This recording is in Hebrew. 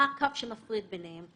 מה הקו שמפריד ביניהם.